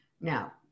Now